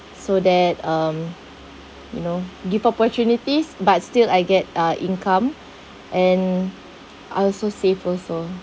so that um you know give opportunities but still I get uh income and are also safe also